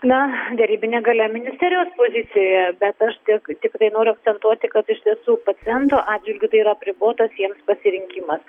na derybinė galia ministerijos pozicijoje bet aš tik tikrai noriu akcentuoti kad iš tiesų paciento atžvilgiu tai yra apribotas jiems pasirinkimas